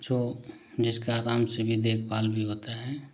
जो जिसका आराम से भी देखभाल भी होता है